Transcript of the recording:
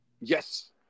Yes